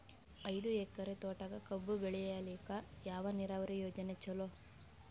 ಐದು ಎಕರೆ ತೋಟಕ ಕಬ್ಬು ಬೆಳೆಯಲಿಕ ಯಾವ ನೀರಾವರಿ ಯೋಜನೆ ಚಲೋ?